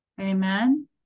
Amen